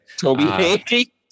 Toby